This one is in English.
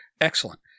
Excellent